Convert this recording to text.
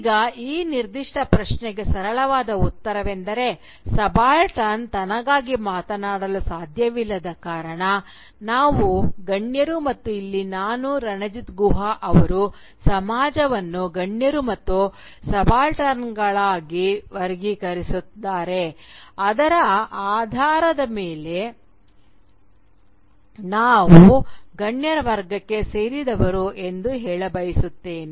ಈಗ ಈ ನಿರ್ದಿಷ್ಟ ಪ್ರಶ್ನೆಗೆ ಸರಳವಾದ ಉತ್ತರವೆಂದರೆ ಸಬಾಲ್ಟರ್ನ್ ತನಗಾಗಿ ಮಾತನಾಡಲು ಸಾಧ್ಯವಿಲ್ಲದ ಕಾರಣ ನಾವು ಗಣ್ಯರು ಮತ್ತು ಇಲ್ಲಿ ನಾನು ರಣಜಿತ್ ಗುಹಾ ಅವರು ಸಮಾಜವನ್ನು ಗಣ್ಯರು ಮತ್ತು ಸಬಾಲ್ಟರ್ನ್ಗಳಾಗಿ ವರ್ಗೀಕರಿಸಿದ್ದಾರೆ ಅದರ ಆಧಾರದ ಮೇಲೆ ನಾವು ಗಣ್ಯರ ವರ್ಗಕ್ಕೆ ಸೇರಿದವರು ಎಂದು ಹೇಳಬಯಸುತ್ತೇನೆ